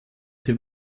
sie